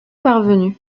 parvenus